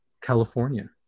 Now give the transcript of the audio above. California